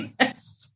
Yes